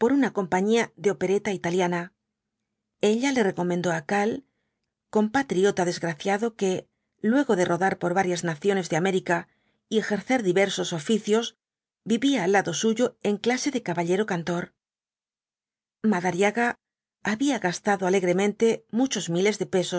una compañía de opereta italiana ella le recomendó á karl compatriota desgraciado que luego de rodar por varias naciones de américa y ejercer diversos oficios vivía al lado suyo en clase de caballero cantor madariaga había gastado alegremente muchos miles de pesos